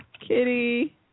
Kitty